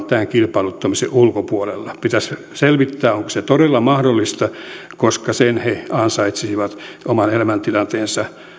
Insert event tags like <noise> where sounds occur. <unintelligible> tämän kilpailuttamisen ulkopuolella pitäisi selvittää onko se todella mahdollista koska sen he ansaitsisivat oman elämäntilanteensa